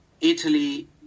Italy